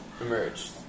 emerged